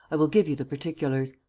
i will give you the particulars.